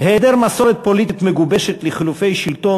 היעדר מסורת פוליטית מגובשת של חילופי שלטון